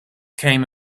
came